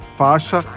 faixa